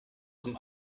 zum